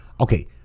Okay